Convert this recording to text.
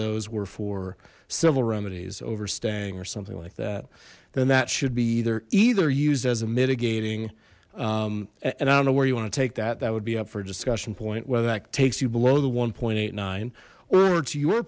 those were for civil remedies overstaying or something like that then that should be either either used as a mitigating and i don't know where you want to take that that would be up for a discussion point whether that takes you below the one point eight nine or to your